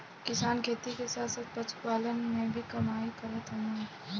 किसान खेती के साथ साथ पशुपालन से भी कमाई करत हउवन